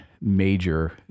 major